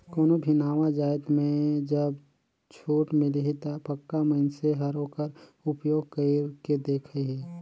कोनो भी नावा जाएत में जब छूट मिलही ता पक्का मइनसे हर ओकर उपयोग कइर के देखही